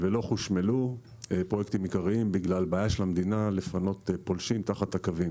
ולא חושמלו בגלל בעיה של המדינה לפנות פולשים תחת הקווים.